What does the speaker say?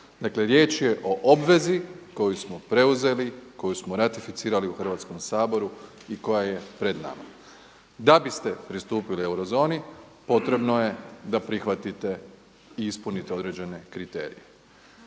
Dakle riječ je o obvezi koju smo preuzeli, koju smo ratificirali u Hrvatskom saboru i koja je pred nama. Da biste pristupili eurozoni potrebno je da prihvatite i ispunite određene kriterije.